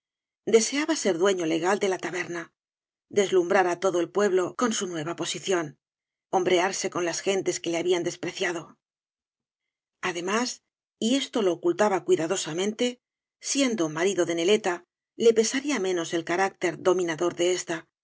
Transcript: deseaba ser dueño legal de la taberna deslumhrar á todo el pueblo con su nueva posición hombrearse con las gentes que le habían despreciado además y esto lo ocultaba cuidado eamente siendo marido de neleta le pesaría menos el carácter dominador de ésta